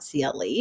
CLE